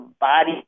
body